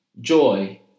Joy